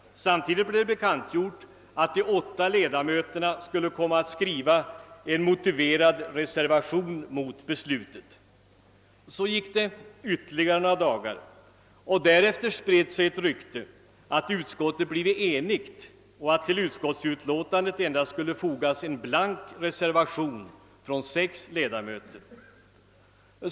Samtidigt blev bekantgjort att de åtta ledamöterna skulle komma att skriva en motiverad reservation mot beslutet. Så gick det ytterligare några dagar. Därefter spred sig ett rykte om att utskottet blivit enigt och att till utskottsutlåtandet endast skulle fogas en blank reservation från sex ledamöter.